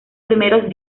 primeros